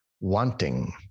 wanting